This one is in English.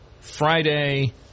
Friday